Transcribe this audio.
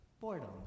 Boredom